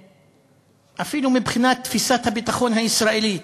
אפילו מבחינת תפיסת הביטחון הישראלית,